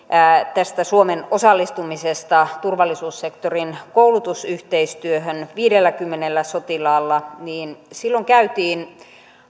tästä suomen osallistumisesta turvallisuussektorin koulutusyhteistyöhön viidelläkymmenellä sotilaalla käytiin